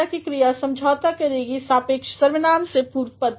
तो सापेक्ष उपधारा की क्रिया समझौता करेगी सापेक्ष सवर्नाम से पूर्वपद से